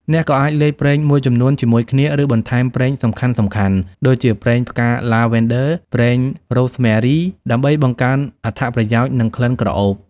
អ្នកក៏អាចលាយប្រេងមួយចំនួនជាមួយគ្នា ឬបន្ថែមប្រេងសំខាន់ៗ (ដូចជាប្រេងផ្កាឡាវេនឌឺ ប្រេងរ៉ូស្មែរី) ដើម្បីបង្កើនអត្ថប្រយោជន៍ និងក្លិនក្រអូប។